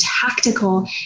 tactical